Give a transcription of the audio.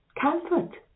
comfort